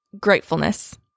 gratefulness